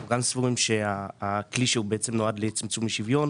אנחנו גם סבורים שהכלי שנועד לצמצום אי-שוויון,